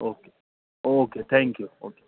okay okay thank you okay